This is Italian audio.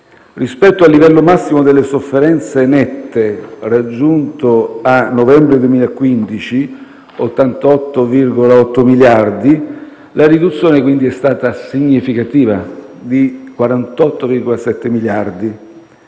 Rispetto al livello massimo delle sofferenze nette, raggiunto a novembre 2015, pari a 88,8 miliardi, la riduzione è stata quindi significativa, di 48,7 miliardi.